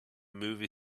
movie